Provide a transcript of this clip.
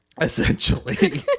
Essentially